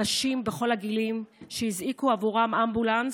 אנשים בכל הגילים שהזעיקו עבורם אמבולנס